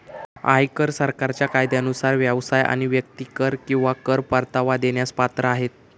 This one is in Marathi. आयकर सरकारच्या कायद्यानुसार व्यवसाय आणि व्यक्ती कर किंवा कर परतावा देण्यास पात्र आहेत